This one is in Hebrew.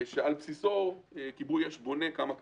שעל בסיסו כיבוי אש בונה כמה כבאיות,